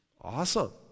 Awesome